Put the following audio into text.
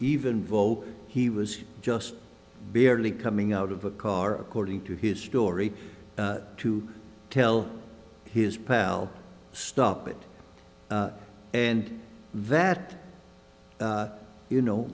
even vote he was just barely coming out of a car according to his story to tell his pal stop it and that you know